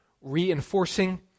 reinforcing